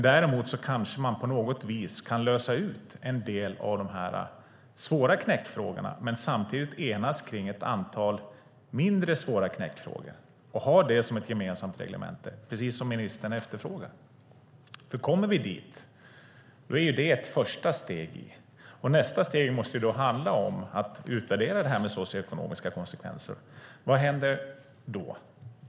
Däremot kan de lösa ut en del av de svåra knäckfrågorna och samtidigt enas om ett antal mindre svåra knäckfrågor och ha ett gemensamt reglemente, precis som ministern efterfrågar. Det är ett första steg. Nästa steg måste handla om att utvärdera socioekonomiska konsekvenser. Vad händer då?